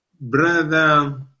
Brother